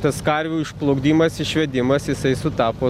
tas karvių išplukdymas išvedimas jisai sutapo